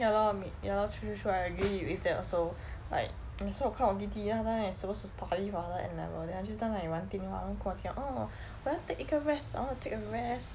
ya lor I me~ ya lor true true true I agree it with that also like 每次我看到我弟弟他在那里 supposed to study for 他的 N level then 他就在那里玩电话然后跟我讲 oh 我要 take 一个 rest I want to take a rest